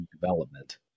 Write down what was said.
development